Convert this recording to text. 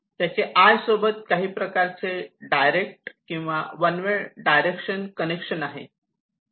त्याचे आय सोबत काही प्रकारचे इन डायरेक्ट किंवा वनवे डायरेक्शन कनेक्शन आहे